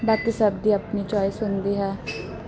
ਬਾਕੀ ਸਭ ਦੀ ਆਪਣੀ ਚੋਆਇਸ ਹੁੰਦੀ ਹੈ